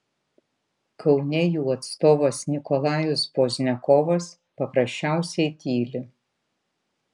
kaune jų atstovas nikolajus pozdniakovas paprasčiausiai tyli